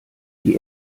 die